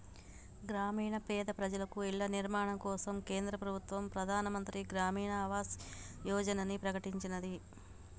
గ్రామీణ పేద ప్రజలకు ఇళ్ల నిర్మాణం కోసం కేంద్ర ప్రభుత్వం ప్రధాన్ మంత్రి గ్రామీన్ ఆవాస్ యోజనని ప్రకటించినాది